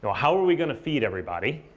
how are we going to feed everybody?